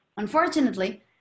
Unfortunately